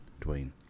Dwayne